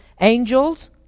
angels